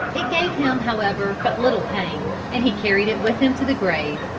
it gave him, however, but little pain, and he carried it with him to the grave.